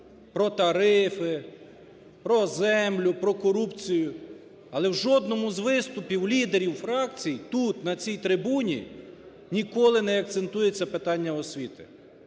про тарифи, про землю, про корупцію, але в жодному з виступів лідерів фракцій тут, на цій трибуні, ніколи не акцентується питання освіти.